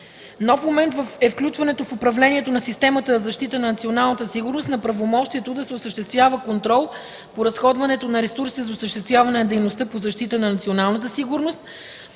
Нов момент е включването в управлението на системата за защита на националната сигурност на правомощието да се осъществява контрол по разходването на ресурсите за осъществяване на дейността по защита на националната сигурност,